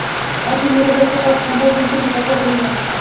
आज ही मेरे घर के पास केनरा बैंक की नई शाखा खुली है